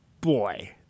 boy